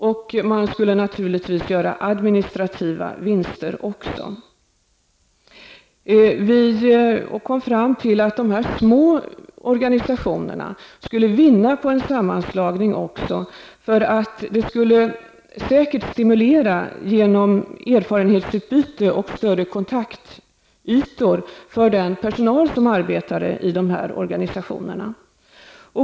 Och man skulle naturligtvis även göra administrativa vinster. Vi kom fram till att de små organisationerna skulle vinna på en sammanslagning. Det skulle säkert stimulera genom erfarenhetsutbyte och större kontaktytor för den personal som arbetar i dessa organisationer.